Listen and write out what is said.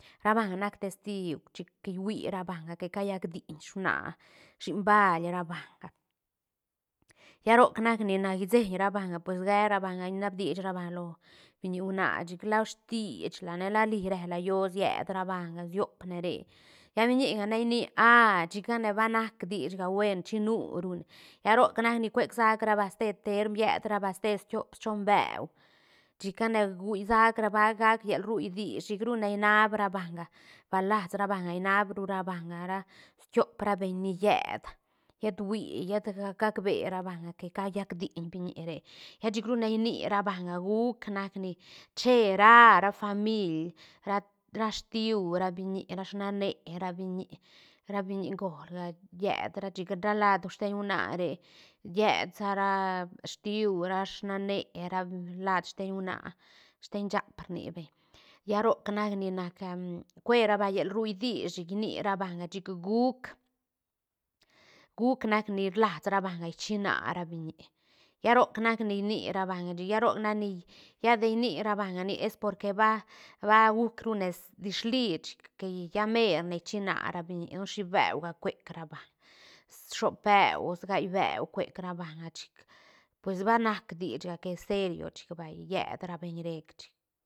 Ra banga nac testigu chic rhui ra banga que callac diiñ shüna shiñ bail ra banga lla roc nac ni nac rseeñ ra banga pues gee ra banga niab dish ra banga lo biñi huana chic la shiit la ne la li rela yoö sied ra banga siop ne re lla biñiga ne rni aä chicane ba nac dichga buen chi nu ru ne lla roc nac ni cuek sac ra banga ste teerm llet ra banga ste tiop chon beu chica ne guiï sac ra gac raba- gac llal rui dich chic rune inaab ra banga bal las ra banga inaabru ra banga ra tiop ra beñ ni lliet llet hui llet gacbë ra banga que cayac diiñ biñi re lla chic rune llni ra banga guuc nac ni chë ra ra famiil ra- ra stiú ra biñi ra snané ra biñi ra biñi göl ga llet ra chic ra laado steiñ huana re llet sa ra stiú ra snané ra laad steñ huana steñ shaap rnibeñ lla roc nac ni nac cuera banga llal ruí dich chic ni ra banga chic guuc guuc nac ni rlas ra banga gchïna ra biñi lla roc nac ni rni ra banga chic lla roc nac ni lla de rni ra banga nic es porque ba- ba juc rone dish li chic que llamer ne gchïna ra biñi don shi beuga cuec ra banga shoop beu gaí beu cuec ra banga chic pues va nac dichga que serio chic vay llet ra beiñ rec chic.